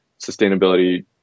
sustainability